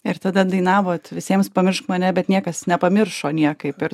ir tada dainavot visiems pamiršk mane bet niekas nepamiršo niekaip ir